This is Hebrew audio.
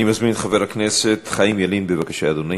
אני מזמין את חבר הכנסת חיים ילין, בבקשה, אדוני.